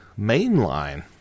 mainline